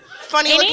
Funny